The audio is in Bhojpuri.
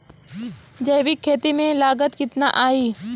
जैविक खेती में लागत कितना आई?